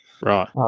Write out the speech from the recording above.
Right